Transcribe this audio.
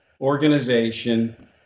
organization